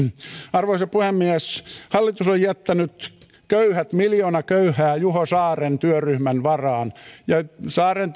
arvoisa puhemies hallitus on jättänyt köyhät miljoona köyhää juho saaren työryhmän varaan saaren